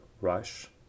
rush